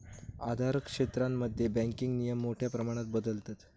अधिकारक्षेत्रांमध्ये बँकिंग नियम मोठ्या प्रमाणात बदलतत